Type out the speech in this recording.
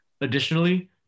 Additionally